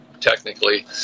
Technically